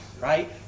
right